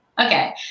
okay